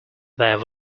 there